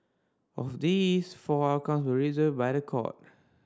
of these four outcomes reversed by the court